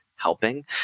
helping